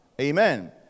amen